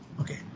Okay